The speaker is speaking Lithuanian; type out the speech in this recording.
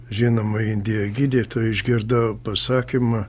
žinoma indija gydytojai išgirdo pasakymą